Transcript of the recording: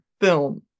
film